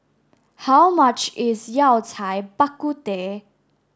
how much is Yao Cai Bak Kut Teh